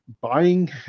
Buying